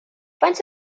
faint